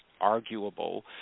arguable